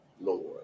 Lord